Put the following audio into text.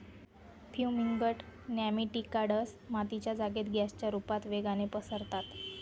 fumigant nematicides मातीच्या जागेत गॅसच्या रुपता वेगाने पसरतात